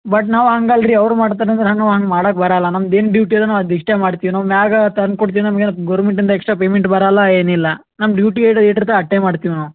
but ನಾವು ಹಂಗಲ್ಲ ರೀ ಅವರು ಮಾಡ್ತಾರಂತ ನಾನು ಹಂಗ್ ಮಾಡೋಕ್ ಬರೋಲ್ಲ ನಮ್ದು ಏನು ಡ್ಯೂಟಿ ಅದನೊ ಅದಿಷ್ಟೇ ಮಾಡ್ತೀವಿ ನಾವು ಮ್ಯಾಗ ತಂದ್ಕೊಡ್ತೀನಿ ನಮ್ಗೆ ಏನು ಗೌರ್ಮೆಂಟ್ಯಿಂದ ಎಕ್ಸ್ಟ್ರಾ ಪೇಮೆಂಟ್ ಬರೋಲ್ಲ ಏನಿಲ್ಲ ನಮ್ಮ ಡ್ಯೂಟಿ ಎಡ್ ಎಷ್ಟಿರತ್ ಅಷ್ಟೆ ಮಾಡ್ತೀವಿ ನಾವು